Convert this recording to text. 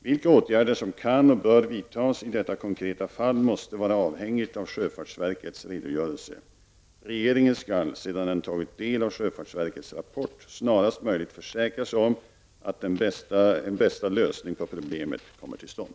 Vilka åtgärder som kan och bör vidtas i detta konkreta fall måste vara avhängigt av sjöfartsverkets redogörelse. Regeringen skall sedan den tagit del av sjöfartsverkets rapport snarast möjligt försäkra sig om att bästa lösning på problemet kommer till stånd.